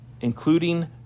including